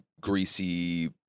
greasy